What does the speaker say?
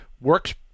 works